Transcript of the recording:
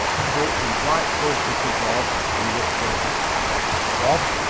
approaching quite closely to bob, he whispered bob,